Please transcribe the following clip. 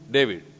David